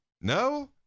No